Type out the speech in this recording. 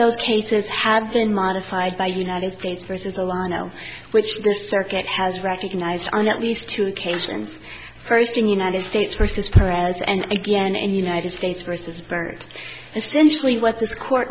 those cases have been modified by united states versus a no which the circuit has recognized on at least two occasions first in the united states versus prayers and again in the united states versus byrd essentially what this court